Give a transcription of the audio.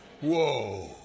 Whoa